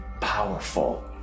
powerful